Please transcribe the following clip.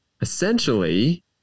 essentially